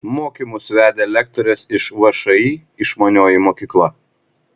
mokymus vedė lektorės iš všį išmanioji mokykla